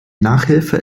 nachhilfe